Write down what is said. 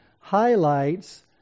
highlights